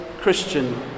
Christian